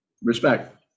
Respect